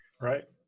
right